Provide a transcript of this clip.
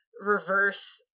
reverse